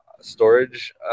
storage